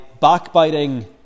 backbiting